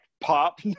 pop